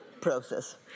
process